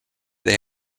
they